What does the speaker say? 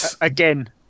Again